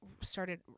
started